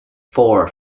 four